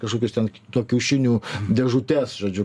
kažkokius ten to kiaušinių dėžutes žodžiu